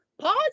pause